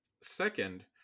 Second